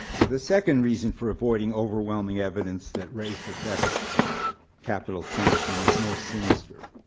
the second reason for avoiding overwhelming evidence that race affects capital sentencing is more sinister.